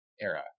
era